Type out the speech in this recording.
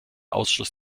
ausschluss